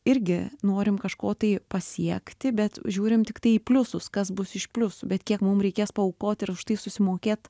irgi norim kažko tai pasiekti bet žiūrim tiktai į pliusus kas bus iš pliusų bet kiek mum reikės paaukot ir už tai susimokėt